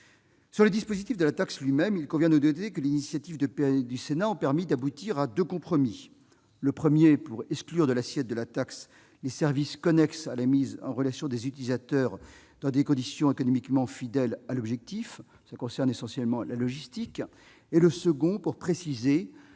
Sur le dispositif de la taxe lui-même, il convient de noter que les initiatives du Sénat ont permis d'aboutir à deux compromis. Le premier permet d'exclure de l'assiette de la taxe les services connexes à la mise en relation des utilisateurs, dans des conditions économiquement fidèles à l'objectif. Cela concerne essentiellement la logistique. Le second aboutit à préciser